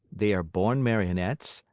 they are born marionettes,